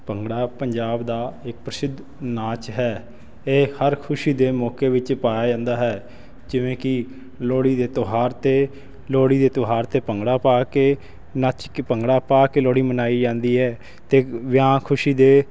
ਭੰਗੜਾ ਪੰਜਾਬ ਦਾ ਇੱਕ ਪ੍ਰਸਿੱਧ ਨਾਚ ਹੈ ਇਹ ਹਰ ਖੁਸ਼ੀ ਦੇ ਮੌਕੇ ਵਿੱਚ ਪਾਇਆ ਜਾਂਦਾ ਹੈ ਜਿਵੇਂ ਕਿ ਲੋਹੜੀ ਦੇ ਤਿਉਹਾਰ 'ਤੇ ਲੋਹੜੀ ਦੇ ਤਿਉਹਾਰ 'ਤੇ ਭੰਗੜਾ ਪਾ ਕੇ ਨੱਚ ਕੇ ਭੰਗੜਾ ਪਾ ਕੇ ਲੋਹੜੀ ਮਨਾਈ ਜਾਂਦੀ ਹੈ ਅਤੇ ਵਿਆਹ ਖੁਸ਼ੀ ਦੇ